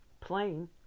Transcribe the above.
plain